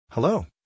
Hello